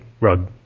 rug